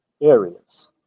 areas